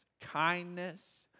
kindness